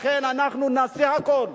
לכן, נעשה הכול,